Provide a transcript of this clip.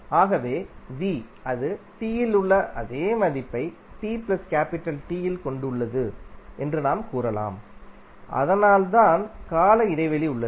ஆகவே அது tஇல் உள்ள அதே மதிப்பை இல் கொண்டுள்ளதுஎன்று நாம் கூறலாம் அதனால்தான் கால இடைவெளி உள்ளது